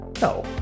No